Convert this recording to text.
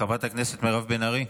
חברת הכנסת מירב בן ארי,